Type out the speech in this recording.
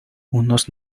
unos